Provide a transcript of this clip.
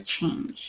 change